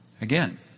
Again